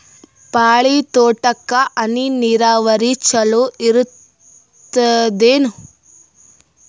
ಬಾಳಿ ತೋಟಕ್ಕ ಹನಿ ನೀರಾವರಿ ಚಲೋ ಇರತದೇನು?